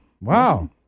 Wow